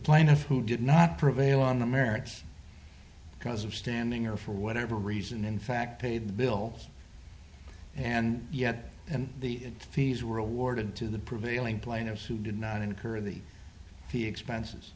plaintiff who did not prevail on the merits because of standing or for whatever reason in fact paid the bill and yet and the fees were awarded to the prevailing plaintiffs who did not incur the the expenses